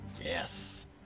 Yes